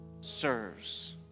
serves